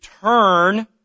turn